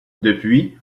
depuis